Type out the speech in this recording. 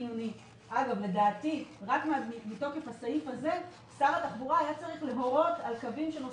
בתי הספר לא פועלים וכו',